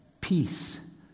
peace